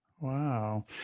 Wow